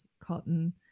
cotton